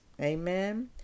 Amen